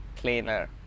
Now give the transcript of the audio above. cleaner